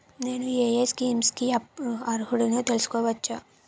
నేను యే యే స్కీమ్స్ కి అర్హుడినో తెలుసుకోవచ్చా?